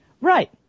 Right